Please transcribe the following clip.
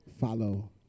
Follow